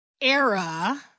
era